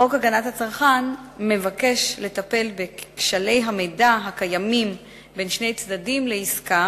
חוק הגנת הצרכן מבקש לטפל בכשלי המידע הקיימים בין שני צדדים לעסקה,